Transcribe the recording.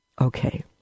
Okay